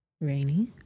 Rainy